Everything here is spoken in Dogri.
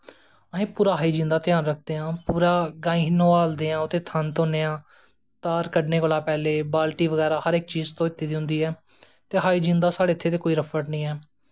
अस पूरा हाईजीन दा ध्यान रखदे आं परा गायें गी नोहालदे आं ते उंदे थन धोंदे आं धार कड्डनें कोला दा पैह्लें बालटी बगैरा हर इक चीड़ धोत्ती दी होंदी ऐ ते हाईजीन दा साढ़े इत्थें ते कोई रफ्फड़ नी ऐ